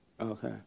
Okay